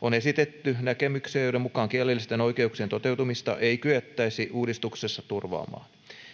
on esitetty näkemyksiä joiden mukaan kielellisten oikeuksien toteutumista ei kyettäisi uudistuksessa turvaamaan